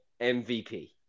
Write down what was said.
MVP